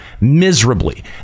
miserably